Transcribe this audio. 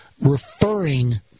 referring